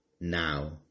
now